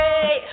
Hey